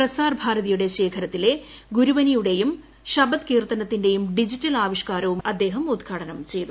പ്രസാർഭാരതിയുടെ ശേഖരത്തിലെ ഗുരുബനിയുടെയും ഷബദ് കീർത്തനത്തിന്റേയും ഡിജിറ്റൽ ആവിഷ്ക്കാരവും അദ്ദേഹം ഉദ്ഘാടനം ചെയ്തു